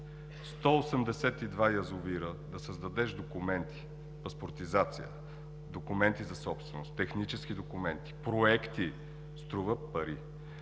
182 язовира да създадеш документи, паспортизация, документи за собственост, технически документи, проекти – струва пари.